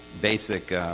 basic